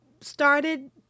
started